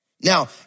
Now